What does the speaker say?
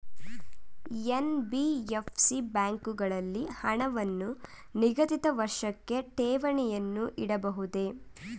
NBFC ಬ್ಯಾಂಕುಗಳಲ್ಲಿ ಹಣವನ್ನು ನಿಗದಿತ ವರ್ಷಕ್ಕೆ ಠೇವಣಿಯನ್ನು ಇಡಬಹುದೇ?